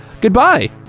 goodbye